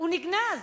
הוא נגנז.